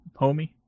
homie